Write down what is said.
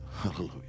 Hallelujah